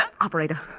Operator